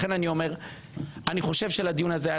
לכן אני אומר: אני חושב שלדיון הזה היה